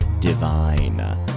Divine